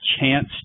chance